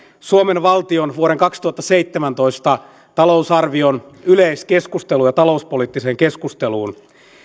suomen valtion vuoden kaksituhattaseitsemäntoista talousarvion yleiskeskusteluun ja talouspoliittiseen keskusteluun